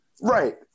Right